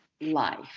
life